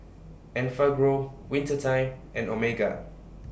Enfagrow Winter Time and Omega